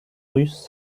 russes